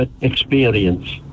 Experience